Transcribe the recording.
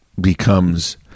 becomes